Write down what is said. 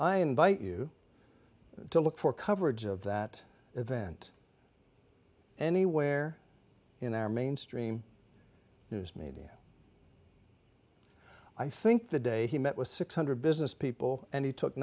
i invite you to look for coverage of that event anywhere in our mainstream news media i think the day he met with six hundred business people and he took